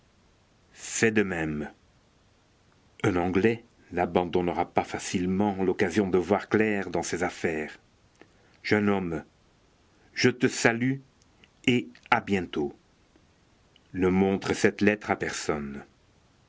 fais de même un anglais n'abandonnera pas facilement l'occasion de voir clair dans ses affaires jeune homme je te salue et à bientôt ne montre cette lettre à personne